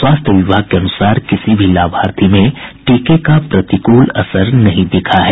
स्वास्थ्य विभाग के अनुसार किसी भी लाभार्थी में टीके का प्रतिकूल असर नहीं दिखा है